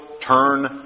turn